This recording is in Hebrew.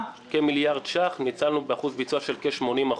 כמיליארד שקלים, כאשר אחוז הביצוע הוא כ-80%.